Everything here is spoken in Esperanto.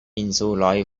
insuloj